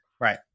Right